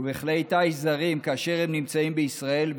ובכלי טיס זרים כאשר הם נמצאים בישראל,